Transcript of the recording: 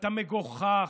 אתה מגוחך,